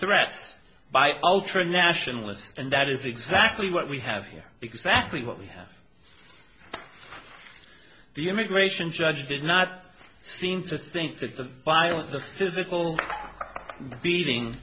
threats by ultranationalist and that is exactly what we have here exactly what we have the immigration judge did not seem to think that the violent the physical beating